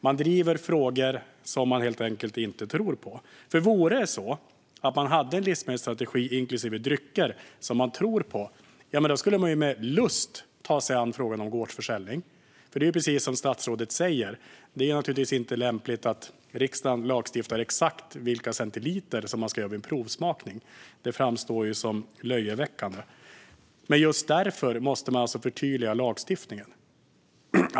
Man driver frågor som man helt enkelt inte tror på. Om man verkligen hade en livsmedelsstrategi, inklusive drycker, som man tror på skulle man med lust ta sig an frågan om gårdsförsäljning. Precis som statsrådet säger är det inte lämpligt att riksdagen lagstiftar exakt hur många centiliter man ska servera vid en provsmakning. Det framstår som löjeväckande. Men just därför måste man förtydliga lagstiftningen.